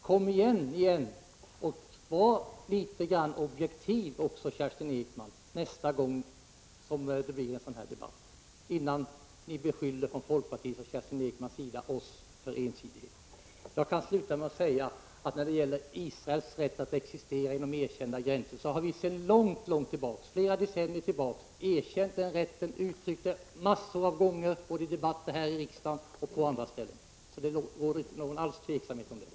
Kom igen nästa gång det blir en debatt om Israel, Kerstin Ekman, och var då litet objektiv i stället för att beskylla oss för ensidighet! Jag kan sluta med att säga när det gäller Israels rätt att existera inom erkända gränser att vi sedan flera decennier tillbaka har erkänt att Israel har den rätten. Vi har gett uttryck för det mängder av gånger i debatter både här i riksdagen och på andra håll. Det råder alltså inte något som helst tvivel om detta.